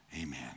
Amen